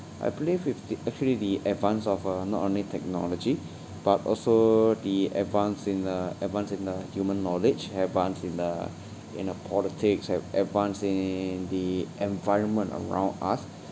I believe with the actually the advance of uh not only technology but also the advance in uh advance in uh human knowledge advance in uh in uh politics have advanced in the environment around us